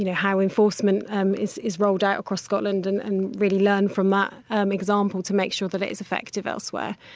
you know how enforcement um is is rolled out across scotland and and really learn from that ah um example to make sure that it is effective elsewhere.